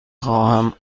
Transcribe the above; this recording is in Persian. خواهم